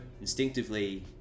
instinctively